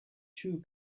two